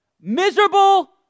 miserable